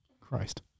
Christ